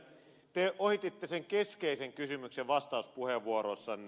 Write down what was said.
te ohititte sen keskeisen kysymyksen vastauspuheenvuorossanne